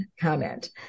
comment